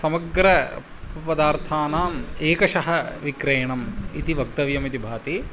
समग्र उपपदार्थानाम् एकशः विक्रयणम् इति वक्तव्यमिति भाति